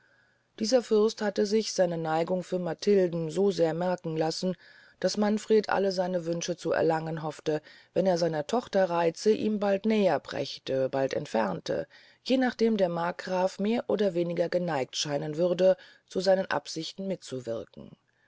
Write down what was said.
dieser fürst hatte sich seine neigung für matilden so sehr merken lassen daß manfred alle seine wünsche zu erlangen hofte wenn er seiner tochter reize ihm bald näher brächte bald entfernte je nachdem der markgraf mehr oder weniger geneigt scheinen würde zu seinen absichten mitzuwirken